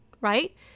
right